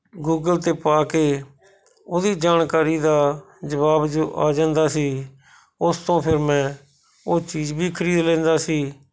Google 'ਤੇ ਪਾ ਕੇ ਉਹਦੀ ਜਾਣਕਾਰੀ ਦਾ ਜਵਾਬ ਜੋ ਆ ਜਾਂਦਾ ਸੀ ਉਸ ਤੋਂ ਫਿਰ ਮੈਂ ਉਹ ਚੀਜ਼ ਵੀ ਖਰੀਦ ਲੈਂਦਾ ਸੀ